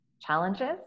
challenges